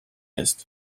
ist